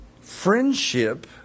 Friendship